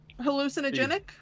hallucinogenic